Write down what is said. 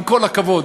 עם כל הכבוד,